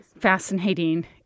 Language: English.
fascinating